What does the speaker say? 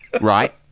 right